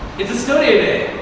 it's a snow day today.